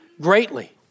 greatly